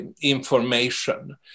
information